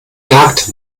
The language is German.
jagd